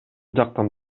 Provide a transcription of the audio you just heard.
жактан